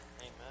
Amen